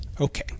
Okay